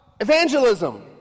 evangelism